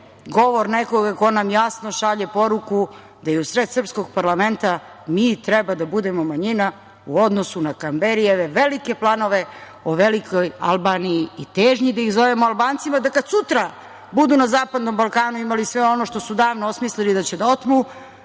govor nekoga ko nam jasno šalje poruku da u sred srpskog parlamenta mi treba da budemo manjina u odnosu na Kamberijeve velike planove o velikoj Albaniji i težnji da ih zovemo Albancima da kad sutra budu na Zapadnom Balkanu budu imali sve ono što su davno osmislili da će da otmu